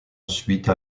ensuite